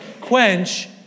Quench